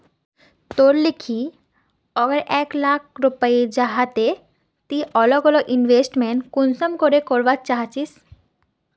तोर लिकी अगर एक लाख रुपया जाहा ते ती अलग अलग इन्वेस्टमेंट कुंसम करे करवा चाहचिस?